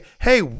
hey